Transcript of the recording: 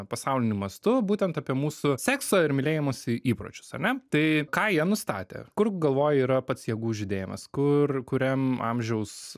pasauliniu mastu būtent apie mūsų sekso ir mylėjimosi įpročius ar ne tai ką jie nustatė kur galvoji yra pats jėgų žydėjimas kur kuriam amžiaus